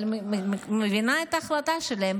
מבינה את ההחלטה שלהם,